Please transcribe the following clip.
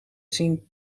zien